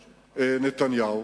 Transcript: נתניהו,